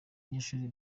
abanyeshuri